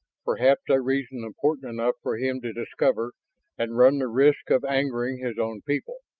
perhaps a reason important enough for him to discover and run the risk of angering his own people.